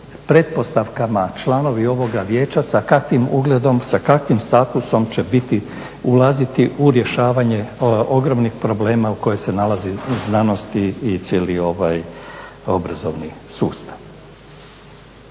pretpostavkama članovi ovoga vijeća sa kakvim ugledom, sa kakvim statusom će biti, ulaziti u rješavanje ogromnih problema u kojoj se nalazi znanosti i cijeli ovaj obrazovni sustav.